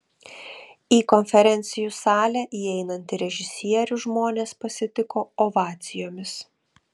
į konferencijų salę įeinantį režisierių žmonės pasitiko ovacijomis